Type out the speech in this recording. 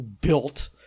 built